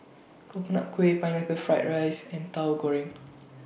Coconut Kuih Pineapple Fried Rice and Tauhu Goreng